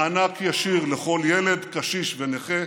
מענק ישיר לכל ילד, קשיש ונכה,